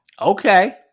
Okay